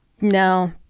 No